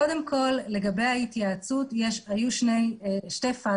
קודם כל, לגבי ההתייעצות, היו שתי פאזות.